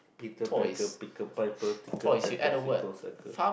Peter Pecker picked a piper tick a tackle he goes cycle